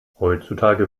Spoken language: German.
heutzutage